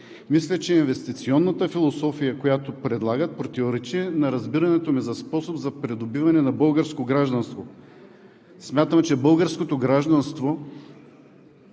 Мисля, че инвестиционната философия, която предлагат, противоречи на разбирането ми за способ за придобиване на българско гражданство. Смятам, че българското гражданство